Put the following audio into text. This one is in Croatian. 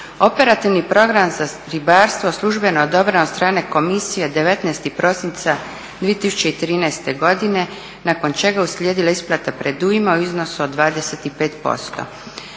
Operativni Program za ribarstvo službeno je odobreno od strane komisije 19.prosinca 2013.godine nakon čega je uslijedila isplata predujma u iznosu od 25%.